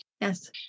Yes